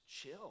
chill